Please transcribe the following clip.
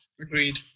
agreed